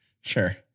Sure